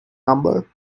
number